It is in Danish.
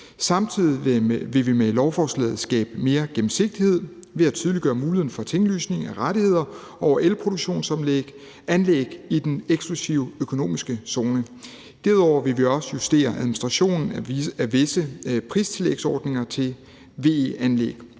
Samtidig vil vi med lovforslaget skabe mere gennemsigtighed ved at tydeliggøre mulighederne for tinglysning af rettigheder vedrørende elproduktionsanlæg i den eksklusive økonomiske zone. Derudover vil vi også justere administrationen af visse pristillægsordninger til VE-anlæg,